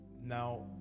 Now